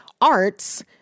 arts